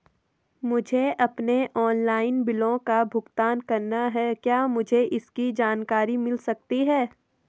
मुझे अपने ऑनलाइन बिलों का भुगतान करना है क्या मुझे इसकी जानकारी मिल सकती है?